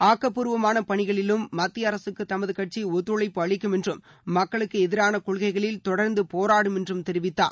ஆக்கப்பூர்வமான பணிகளிலும் மத்திய அரசுக்கு தமது கட்சி ஒத்துழைப்புள அளிக்கும் என்றும் மக்களுக்கு எதிரான கொள்கைகளில் தொடர்ந்து போராடும் என்றும் தெரிவித்தார்